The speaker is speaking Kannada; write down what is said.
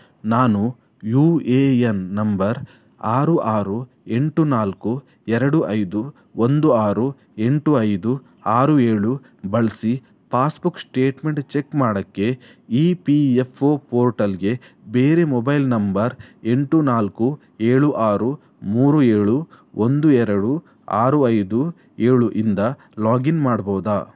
ನಾನು ಯು ಎ ಎನ್ ನಂಬರ್ ಆರು ಆರು ಎಂಟು ನಾಲ್ಕು ಎರಡು ಐದು ಒಂದು ಆರು ಎಂಟು ಐದು ಆರು ಏಳು ಬಳಸಿ ಪಾಸ್ಬುಕ್ ಶ್ಟೇಟ್ಮೆಂಟ್ ಚೆಕ್ ಮಾಡೋಕ್ಕೆ ಇ ಪಿ ಎಫ್ ಒ ಪೋರ್ಟಲ್ಗೆ ಬೇರೆ ಮೊಬೈಲ್ ನಂಬರ್ ಎಂಟು ನಾಲ್ಕು ಏಳು ಆರು ಮೂರು ಏಳು ಒಂದು ಎರಡು ಆರು ಐದು ಏಳು ಇಂದ ಲಾಗಿನ್ ಮಾಡ್ಬೋದಾ